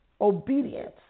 obedience